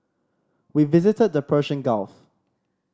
we visited the Persian Gulf